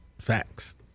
Facts